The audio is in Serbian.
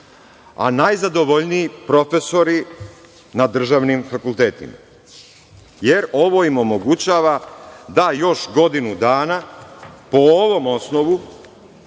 a najzadovoljniji profesori na državnim fakultetima, jer ovo im omogućava da još godinu dana, po ovom osnovu,